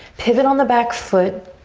pivot on the back foot.